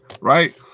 right